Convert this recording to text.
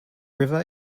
river